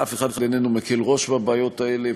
אף אחד איננו מקל ראש בבעיות האלה,